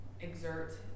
exert